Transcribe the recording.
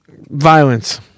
violence